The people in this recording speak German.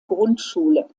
grundschule